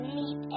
meet